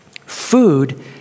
food